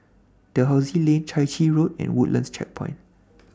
Dalhousie Lane Chai Chee Road and Woodlands Checkpoint